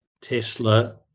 Tesla